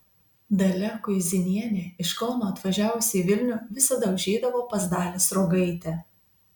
dalia kuizinienė iš kauno atvažiavusi į vilnių visada užeidavo pas dalią sruogaitę